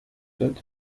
داده